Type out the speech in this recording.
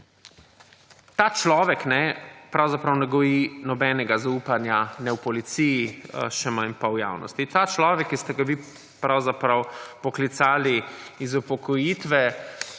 ta človek pravzaprav ne goji nobenega zaupanja ne v policiji, še manj pa v javnosti. Ta človek, ki ste ga vi pravzaprav poklicali iz upokojitve,